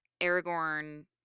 Aragorn